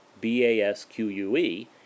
B-A-S-Q-U-E